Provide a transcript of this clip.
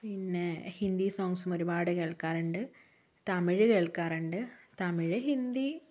പിന്നെ ഹിന്ദി സോങ്സും ഒരുപാട് കേൾക്കാറുണ്ട് തമിഴ് കേൾക്കാറുണ്ട് തമിഴ് ഹിന്ദി